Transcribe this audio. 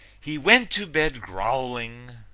he went to bed growling,